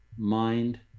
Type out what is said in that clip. mind